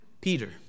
Peter